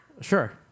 Sure